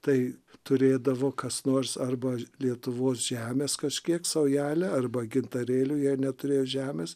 tai turėdavo kas nors arba lietuvos žemės kažkiek saujelę arba gintarėlių jei neturėjo žemės